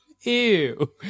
Ew